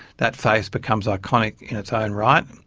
that face becomes iconic in its own right,